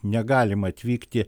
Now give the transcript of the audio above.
negalima atvykti